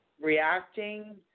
reacting